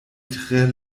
tre